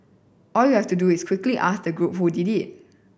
all you have to do is quickly ask the group who did it